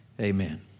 Amen